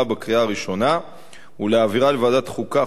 בקריאה הראשונה ולהעבירה לוועדת החוקה,